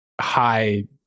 high